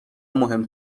مهم